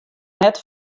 net